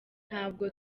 ntabwo